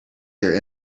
here